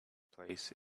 place